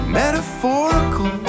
metaphorical